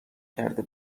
کرده